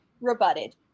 rebutted